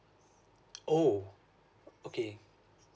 oh okay